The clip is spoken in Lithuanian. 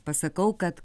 pasakau kad